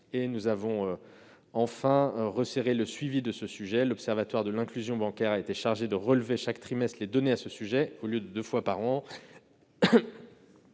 nous avons resserré le suivi de cette question. L'Observatoire de l'inclusion bancaire a été chargé de relever chaque trimestre les données à ce sujet, au lieu de deux fois par an